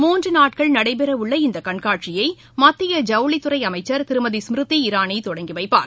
மூன்று நாட்கள் நடைபெறவுள்ள இந்த கண்காட்சியை மத்திய ஜவுளித்துறை அமைச்சர் திருமதி ஸ்மிருதி இரானி தொடங்கி வைப்பார்